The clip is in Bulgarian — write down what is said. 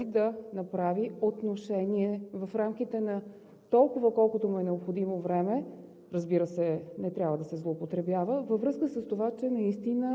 че госпожа Караянчева заяви, че ще се даде възможност всеки да вземе отношение в рамките на толкова време, колкото му е необходимо –